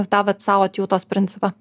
tą vat sau atjautos principą